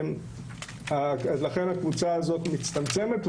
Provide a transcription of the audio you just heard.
לכן הקבוצה הזאת מצטמצמת.